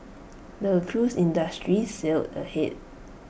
the cruise industry sailed ahead